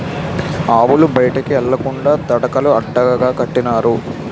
ఆవులు బయటికి ఎల్లకండా తడకలు అడ్డగా కట్టినారు